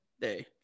Day